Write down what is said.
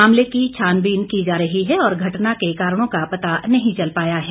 मामले की छानबीन की जा रही है और घटना के कारणों का पता नहीं चल पाया है